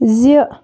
زِ